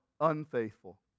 unfaithful